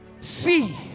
see